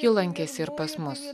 ji lankėsi ir pas mus